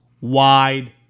wide